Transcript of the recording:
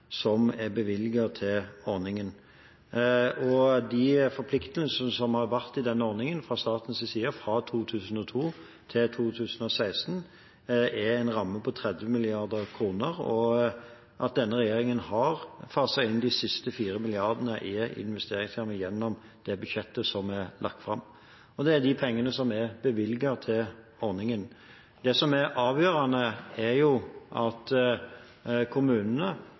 som er bevilget til ordningen. De forpliktelsene som har vært i denne ordningen fra statens side fra 2002 til 2016, er innenfor en ramme på 30 mrd. kr, og denne regjeringen har faset inn de siste 4 mrd. kr av investeringsrammen gjennom det budsjettet som er lagt fram. Det er de pengene som er bevilget til ordningen. Det som er avgjørende, er at kommunene